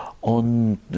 on